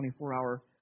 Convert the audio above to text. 24-hour